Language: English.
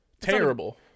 terrible